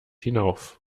hinauf